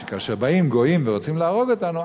כאשר באים ורוצים להרוג אותנו,